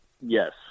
yes